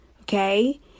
Okay